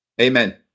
Amen